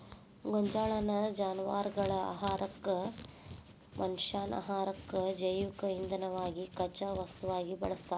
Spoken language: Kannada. ಗೋಂಜಾಳನ್ನ ಜಾನವಾರಗಳ ಆಹಾರಕ್ಕ, ಮನಷ್ಯಾನ ಆಹಾರಕ್ಕ, ಜೈವಿಕ ಇಂಧನವಾಗಿ ಕಚ್ಚಾ ವಸ್ತುವಾಗಿ ಬಳಸ್ತಾರ